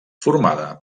formada